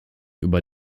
über